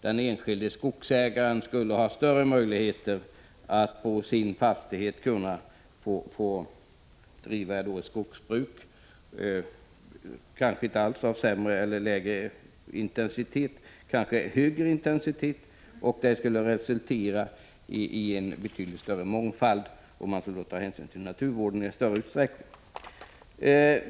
Den enskilde skogsägaren skulle ha större möjligheter att på sin fastighet driva skogsbruk som inte alls blev av lägre intensitet utan kanske av högre, och det skulle resultera i en betydligt större mångfald. Man skulle också ta hänsyn till naturvården i större utsträckning.